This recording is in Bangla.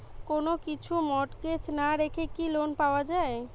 কোন কিছু মর্টগেজ না রেখে কি লোন পাওয়া য়ায়?